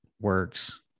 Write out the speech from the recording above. works